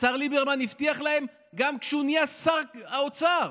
השר ליברמן הבטיח להם גם כשהוא נהיה שר האוצר: